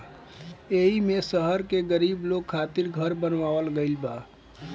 एईमे शहर के गरीब लोग खातिर घर बनावल गइल बा